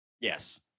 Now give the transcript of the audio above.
Yes